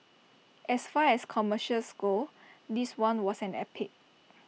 as far as commercials go this one was an epic